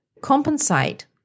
compensate